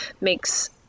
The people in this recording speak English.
makes